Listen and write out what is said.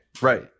Right